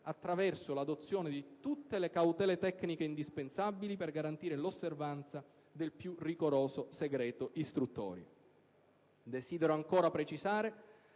attraverso l'adozione di tutte le cautele tecniche indispensabili per garantire l'osservanza del più rigoroso segreto istruttorio. Desidero ancora precisare